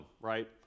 right